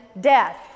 death